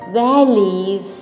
valleys